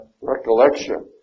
recollection